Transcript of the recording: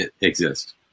exist